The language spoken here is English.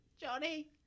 Johnny